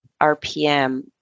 RPM